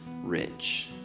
rich